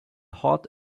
hot